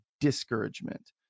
discouragement